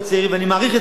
ואני מעריך את זה מאוד,